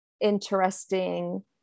interesting